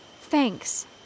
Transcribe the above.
Thanks